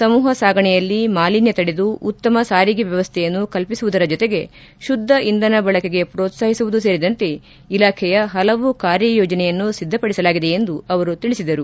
ಸಮೂಪ ಸಾಗಣೆಯಲ್ಲಿ ಮಾಲಿನ್ಯ ತಡೆದು ಉತ್ತಮ ಸಾರಿಗೆ ವ್ಯವಸ್ಥೆಯನ್ನು ಕಲ್ಪಿಸುವುದರ ಜೊತೆಗೆ ಶುದ್ದ ಇಂಧನ ಬಳಕೆಗೆ ಪ್ರೋತ್ಸಾಹಿಸುವುದು ಇಲಾಖೆಯ ಹಲವು ಕಾರ್ಯ ಯೋಜನೆಯನ್ನು ಸಿದ್ದಪಡಿಸಿದೆ ಎಂದು ಅವರು ಹೇಳಿದರು